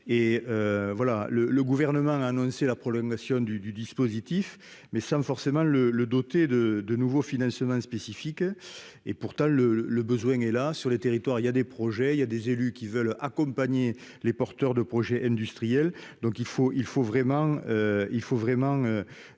et voilà le le gouvernement a annoncé la prolongation du dispositif mais sans forcément le le doter de de nouveaux financements spécifiques et pourtant le le besoin et là sur les territoires, il y a des projets, il y a des élus qui veulent accompagner les porteurs de projets industriels, donc il faut il